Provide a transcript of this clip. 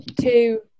two